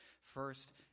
First